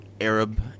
Arab